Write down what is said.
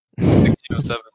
1607